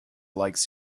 likes